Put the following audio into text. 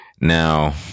Now